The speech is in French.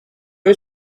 eux